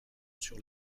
sur